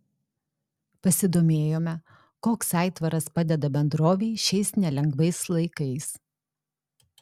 pasidomėjome koks aitvaras padeda bendrovei šiais nelengvais laikais